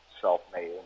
self-made